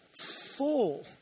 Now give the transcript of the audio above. full